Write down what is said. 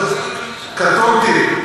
קטונתי,